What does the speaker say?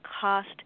cost